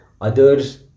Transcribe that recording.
others